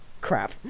crap